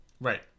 Right